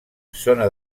zona